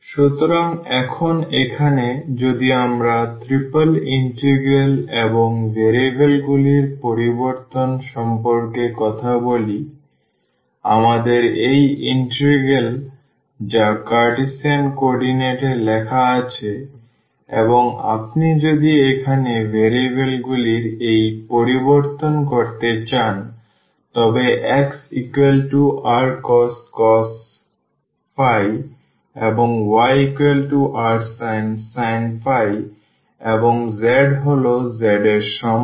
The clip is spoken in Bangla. সুতরাং এখন এখানে যদি আমরা ট্রিপল ইন্টিগ্রাল এবং ভেরিয়েবলগুলির পরিবর্তন সম্পর্কে কথা বলি সুতরাং আমাদের এই ইন্টিগ্রাল যা কার্টেসিয়ান কোঅর্ডিনেট এ লেখা আছে এবং আপনি যদি এখানে ভেরিয়েবলগুলির এই পরিবর্তন করতে চান তবে xrcos এবং yrsin এবং z হল z এর সমান